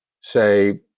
Say